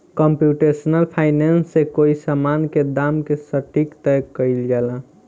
computational finance से कोई समान के दाम के सटीक तय कईल जाला